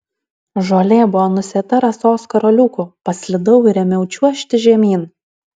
žolė buvo nusėta rasos karoliukų paslydau ir ėmiau čiuožti žemyn